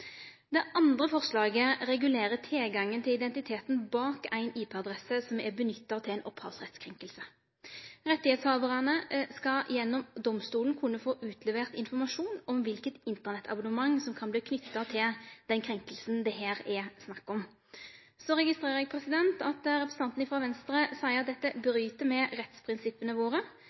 Det andre forslaget regulerer tilgangen til identiteten bak ei IP-adresse som er nytta til ei opphavsrettskrenking. Rettshavarane skal gjennom domstolen kunne få utlevert informasjon om kva Internett-abonnement som kan vere knytt til den krenkinga det her er snakk om. Eg registrerer at representanten frå Venstre seier at dette bryt med rettsprinsippa våre.